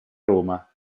roma